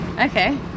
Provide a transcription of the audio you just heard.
Okay